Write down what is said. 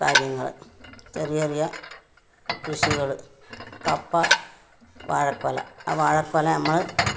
കാര്യങ്ങൾ ചെറിയ ചെറിയ കൃഷികൾ കപ്പ വാഴക്കുല വാഴക്കുല നമ്മൾ